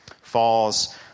falls